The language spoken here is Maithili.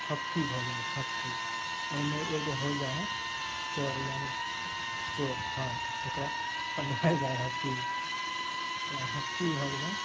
हॉकी भऽ गेलै हक्की ओइमे एगो हो जाए हय चोर यानि चोर ओकरा यानि हक्की मे तऽ होक्की हो गेलै